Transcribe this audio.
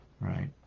Right